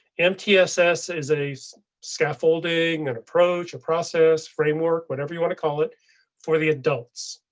mtss is a scaffolding and approach, a process framework, whatever you want to call it for the adults.